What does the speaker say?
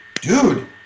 Dude